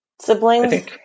Siblings